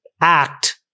act